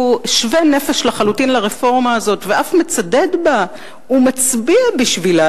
הוא שווה נפש לחלוטין לרפורמה הזאת ואף מצדד בה ומצביע בשבילה,